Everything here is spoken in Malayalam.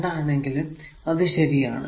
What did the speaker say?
രണ്ടാണെങ്കിലും അത് ശരിയാണ്